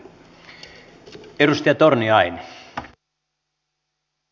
arvoisa puhemies